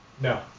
No